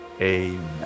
Amen